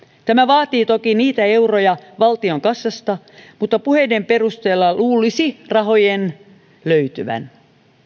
tämä vaatii toki niitä euroja valtion kassasta mutta puheiden perusteella luulisi rahojen löytyvän